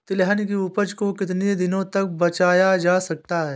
तिलहन की उपज को कितनी दिनों तक बचाया जा सकता है?